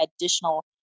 additional